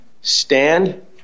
stand